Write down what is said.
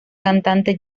cantante